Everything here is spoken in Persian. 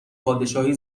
پادشاهی